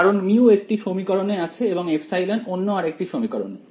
কারণ μ একটি সমীকরণে আছে এবং ε অন্য আরেকটি সমীকরণে